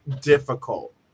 difficult